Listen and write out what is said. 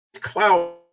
cloud